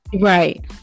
Right